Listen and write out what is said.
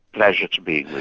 pleasure to be with